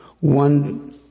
one